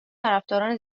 طرفداران